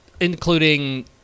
including